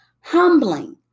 humbling